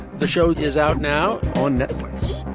the show is out now on netflix.